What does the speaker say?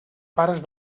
pares